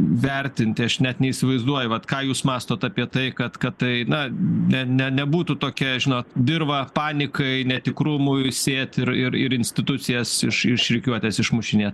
vertinti aš net neįsivaizduoju vat ką jūs mąstot apie tai kad kad tai na ne ne nebūtų tokia žinot dirva panikai netikrumui sėti ir ir ir institucijas iš iš rikiuotės išmušinėt